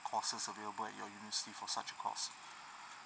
courses available in your university for such a course